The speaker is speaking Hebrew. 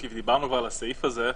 כי דיברנו כבר על הסעיף הזה,